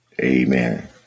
Amen